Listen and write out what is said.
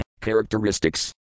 characteristics